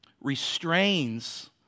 restrains